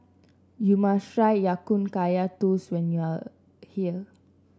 you must try Ya Kun Kaya Toast when you are here